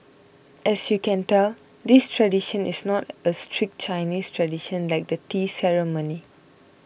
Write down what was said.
as you can tell this tradition is not a strict Chinese tradition like the tea ceremony